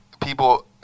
people